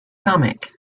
comic